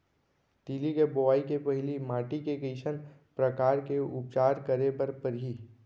तिलि के बोआई के पहिली माटी के कइसन प्रकार के उपचार करे बर परही?